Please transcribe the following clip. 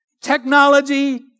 technology